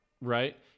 Right